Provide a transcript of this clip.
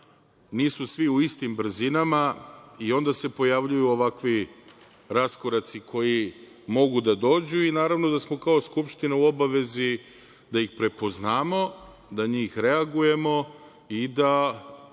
nisu svi u istim brzinama i onda se pojavljuju ovakvi raskoraci koji mogu da dođu. Naravno da smo kao Skupština u obavezi da ih prepoznamo, da na njih reagujemo i da